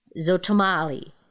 Zotomali